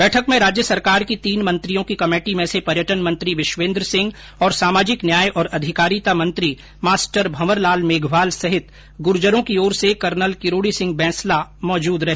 बैठक में राज्य सरकार की तीन मंत्रियों की कमेटी में से पर्यटन मंत्री विश्वेन्द्र सिंह और सामाजिक न्याय और अधिकारिता मंत्री मास्टर भंवर लाल मेघवाल सहित गुर्जरों की ओर से कर्नल किरोडी सिंह बेंसला मौजूद रहे